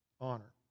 Honor